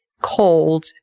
cold